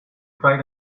tried